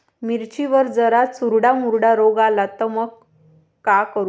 मिर्चीवर जर चुर्डा मुर्डा रोग आला त मंग का करू?